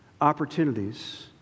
opportunities